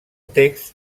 text